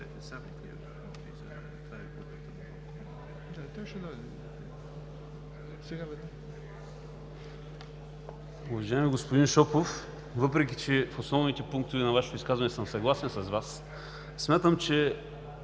Уважаеми господин Шопов, въпреки че по основните пунктове на Вашето изказване съм съгласен с Вас, смятам, че